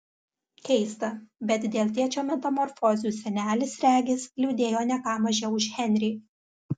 keista bet dėl tėčio metamorfozių senelis regis liūdėjo ne ką mažiau už henrį